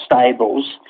stables